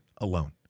alone